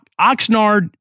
Oxnard